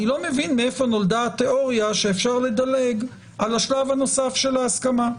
אני לא מבין מאיפה נולדה התיאוריה שאפשר לדלג על השלב הנוסף של ההסכמה.